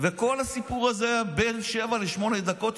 וכל הסיפור הזה היה שבע-שמונה דקות.